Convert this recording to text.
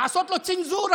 לעשות לו צנזורה,